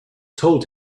told